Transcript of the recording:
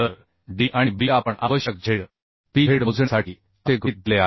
तर d आणि b आपण आवश्यक z p z मोजण्यासाठी असे गृहीत धरले आहे